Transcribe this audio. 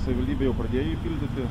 savivaldybė jau pradėjo jį pildyti